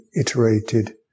iterated